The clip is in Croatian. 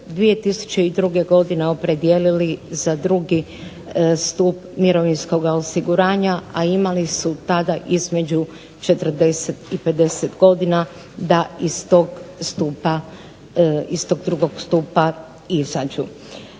2002. godine opredijelili za drugi stup mirovinskoga osiguranja, a imali su tada između 40 i 50 godina da iz tog stupa, iz